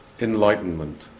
enlightenment